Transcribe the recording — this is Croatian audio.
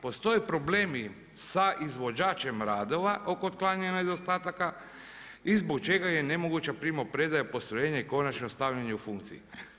Postoje problemi sa izvođačem radova oko otklanjanja nedostataka i zbog čega je nemoguća primopredaja postrojenja i konačno stavljanje u funkciju.